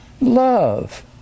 love